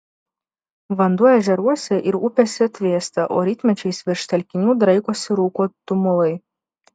vanduo ežeruose ir upėse atvėsta o rytmečiais virš telkinių draikosi rūko tumulai